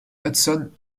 hudson